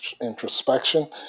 introspection